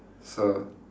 so